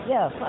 Yes